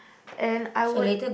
and I would